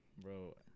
Bro